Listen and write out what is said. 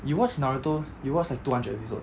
you watch naruto you watch like two hundred episode